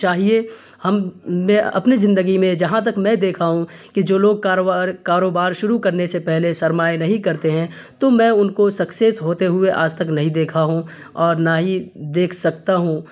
چاہیے ہم نے اپنی زندگی میں جہاں تک میں دیکھا ہوں کہ جو لوگ کاروبار کاروبار شروع کرنے سے پہلے سرمائے نہیں کرتے ہیں تو میں ان کو سکسیز ہوتے ہوئے آج تک نہیں دیکھا ہوں اور نہ ہی دیکھ سکتا ہوں